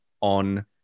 on